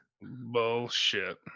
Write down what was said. Bullshit